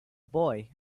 boy